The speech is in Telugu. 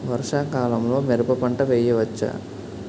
వర్షాకాలంలో మిరప పంట వేయవచ్చా?